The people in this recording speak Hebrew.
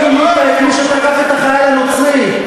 לא גינית את מי שתקף את החייל הנוצרי.